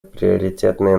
приоритетные